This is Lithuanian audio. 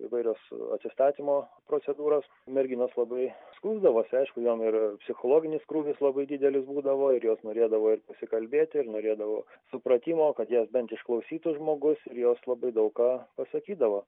įvairios atsistatymo procedūros merginos labai skųsdavosi aišku jom ir psichologinis krūvis labai didelis būdavo ir jos norėdavo pasikalbėti ir norėdavo supratimo kad jas bent išklausytų žmogus ir jos labai daug ką pasakydavo